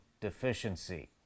deficiency